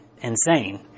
insane